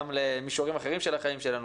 גם למישורים אחרים של החיים שלנו,